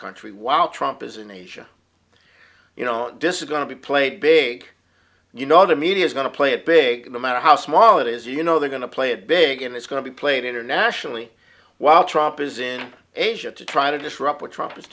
country while trump is in asia you know disagree to be played big you know the media is going to play it big no matter how small it is you know they're going to play it big and it's going to be played internationally while trump is in asia to try to disrupt what trump